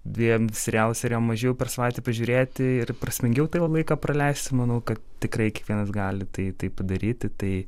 dviem serialo serijom mažiau per savaitę pažiūrėti ir prasmingiau tą laiką praleisti manau kad tikrai kiekvienas gali tai tai padaryti tai